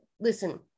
listen